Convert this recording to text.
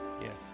Yes